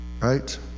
right